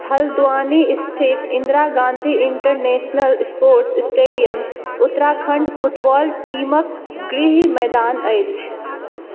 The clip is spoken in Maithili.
हल्द्वानी स्थित Indira Gandhi International Sports Stadium Uttarakhand football टीमक गृह मैदान अछि